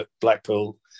Blackpool